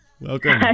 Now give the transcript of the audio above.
Welcome